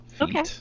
Okay